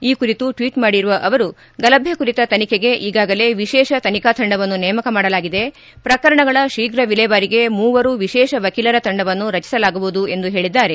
ಈ ಕುರಿತು ಟ್ವೀಟ್ ಮಾಡಿರುವ ಅವರು ಗಲಭೆ ಕುರಿತ ತನಿಖೆಗೆ ಈಗಾಗಲೇ ವಿಶೇಷ ತನಿಖಾ ತಂಡವನ್ನು ನೇಮಕ ಮಾಡಲಾಗಿದೆ ಪ್ರಕರಣಗಳ ಶೀಘ ವಿಲೇವಾರಿಗೆ ಮೂವರು ವಿಶೇಷ ವಕೀಲರ ತಂಡವನ್ನು ರಚಿಸಲಾಗುವುದು ಎಂದು ಹೇಳಿದ್ದಾರೆ